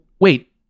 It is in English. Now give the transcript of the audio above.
wait